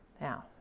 Now